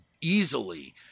easily